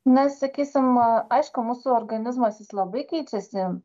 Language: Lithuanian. na sakysim aišku mūsų organizmas jis labai keičiasi